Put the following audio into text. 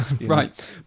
right